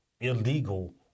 illegal